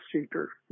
Seeker